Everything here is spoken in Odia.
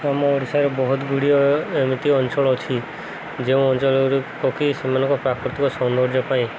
ଆମ ଓଡ଼ିଶାରେ ବହୁତଗୁଡ଼ିଏ ଏମିତି ଅଞ୍ଚଳ ଅଛି ଯେଉଁ ଅଞ୍ଚଳଗୁଡିକ କି ସେମାନଙ୍କ ପ୍ରାକୃତିକ ସୌନ୍ଦର୍ଯ୍ୟ ପାଇଁ